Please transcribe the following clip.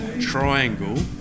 triangle